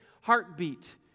heartbeat